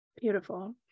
beautiful